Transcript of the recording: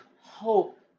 hope